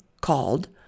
called